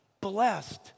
blessed